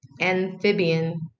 amphibian